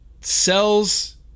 sells